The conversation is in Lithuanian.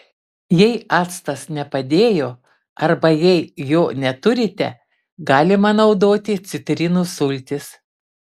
jei actas nepadėjo arba jei jo neturite galima naudoti citrinų sultis